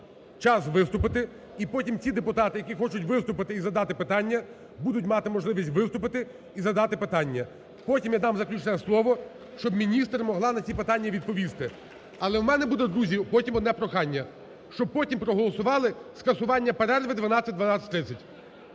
час виступити і потім ті депутати, які хочуть виступити і задати питання будуть мати можливість виступити і задати питання. Потім я дам заключне слово, щоб міністр могла на ці питання відповісти. Але в мене буде, друзі, потім одне прохання, щоб потім проголосували скасування перерви 12-12.30,